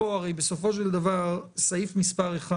הרי בסופו של דבר פסקה (1)